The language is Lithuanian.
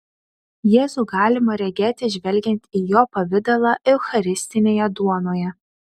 jėzų galima regėti žvelgiant į jo pavidalą eucharistinėje duonoje